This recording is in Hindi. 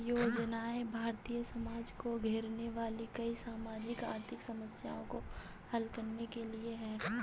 योजनाएं भारतीय समाज को घेरने वाली कई सामाजिक आर्थिक समस्याओं को हल करने के लिए है